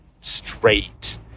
straight